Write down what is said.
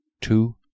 two